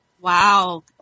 Wow